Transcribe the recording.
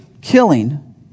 killing